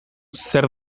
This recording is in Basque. zer